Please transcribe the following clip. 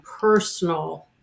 personal